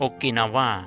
Okinawa